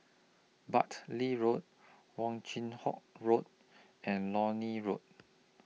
Bartley Road Wong Chin Yoke Road and Lornie Road